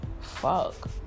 Fuck